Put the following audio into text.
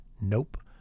Nope